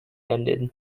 ended